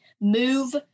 move